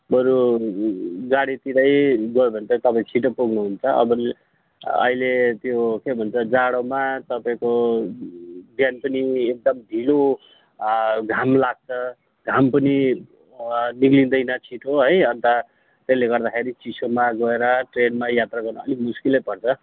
बरु गाडीतिरै ग़यो भने त तपाईँ छिटो पुग्नुहुन्छ अब अहिले त्यो के भन्छ जाडोमा तपाईँको बिहान पनि एकदम ढिलो घाम लाग्छ घाम पनि निक्लिन्दैन छिटो है अन्त त्यसले गर्दाखेरि चिसोमा गएर ट्रेनमा यात्रा गर्नु अलिक मुस्किलै पर्छ